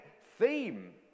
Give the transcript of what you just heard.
theme